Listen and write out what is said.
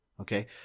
Okay